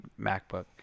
MacBook